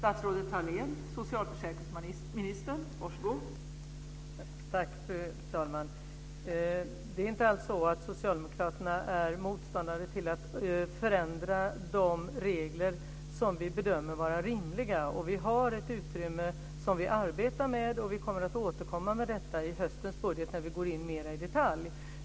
Fru talman! Det är inte alls så att socialdemokraterna är motståndare till att förändra de regler som vi bedömer vara rimliga att förändra. Vi har ett utrymme som vi arbetar med, och vi kommer att återkomma med detta i höstens budget, när vi går in mera i detalj.